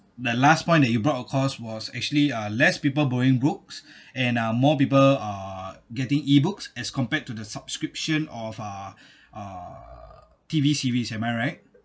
the last point that you brought across was actually uh less people borrowing books and uh more people are getting E books as compared to the subscription of uh uh T_V series am I right